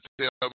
tell